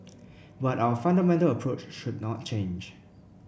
but our fundamental approach should not change